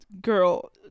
girl